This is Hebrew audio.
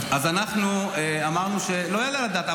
אז אנחנו אמרנו שלא יעלה על הדעת.